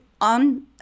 on